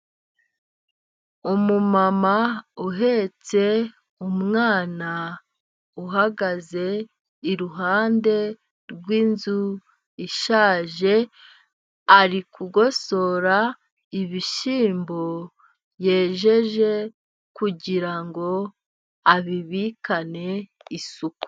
Umumama uhetse umwana, uhagaze iruhande rw'inzu ishaje, ari kugosora ibishyimbo yejeje kugira ngo abibikane isuku.